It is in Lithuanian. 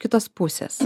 kitos pusės